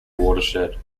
watershed